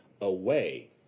away